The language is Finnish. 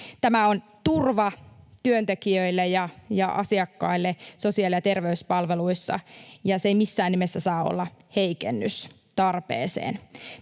Tämä on turva työntekijöille ja asiakkaille sosiaali- ja terveyspalveluissa, ja se ei missään nimessä saa olla heikennys tarpeeseen.